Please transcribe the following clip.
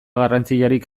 garrantziarik